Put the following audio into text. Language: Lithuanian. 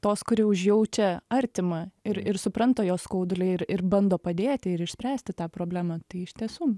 tos kuri užjaučia artimą ir ir supranta jos skaudulį ir ir bando padėti ir išspręsti tą problemą tai iš tiesų